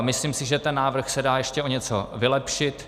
Myslím si, že ten návrh se dá ještě o něco vylepšit.